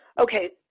Okay